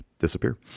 disappear